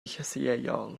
llysieuol